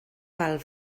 val